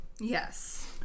Yes